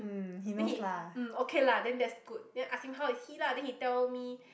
then he um okay lah then that's good then ask him how is he lah then he tell me